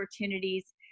opportunities